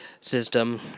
system